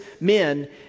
men